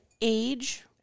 age